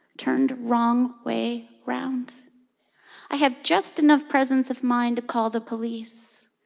turned wrong way round i have just enough presence of mind to call the police.